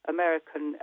American